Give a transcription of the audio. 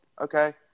okay